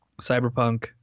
Cyberpunk